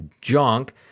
junk